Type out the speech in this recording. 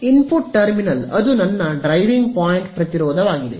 input terminal ಅದು ನನ್ನ driving point ಪ್ರತಿರೋಧವಾಗಿದೆ